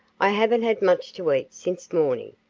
i haven't had much to eat since morning,